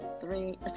three